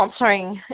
sponsoring